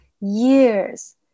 years